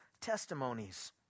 testimonies